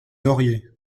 lauriers